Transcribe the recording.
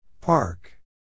Park